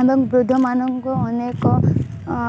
ଏବଂ ବୃଦ୍ଧମାନଙ୍କୁ ଅନେକ